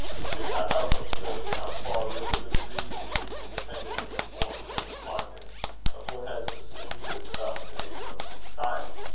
and could not help observing how far real good-breeding is independent of the forms and refinements of what has assumed to itself the name of society.